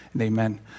Amen